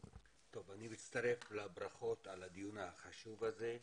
אני מצטרף לברכות על הדיון החשוב הזה.